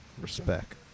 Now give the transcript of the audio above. Respect